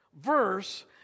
verse